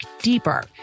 deeper